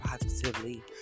positively